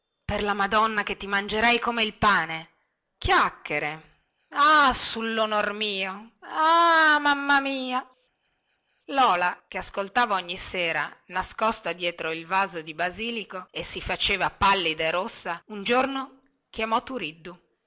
per la madonna che ti mangerei come il pane chiacchiere ah sullonor mio ah mamma mia lola che ascoltava ogni sera nascosta dietro il vaso di basilico e si faceva pallida e rossa un giorno chiamò turiddu